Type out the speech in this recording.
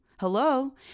Hello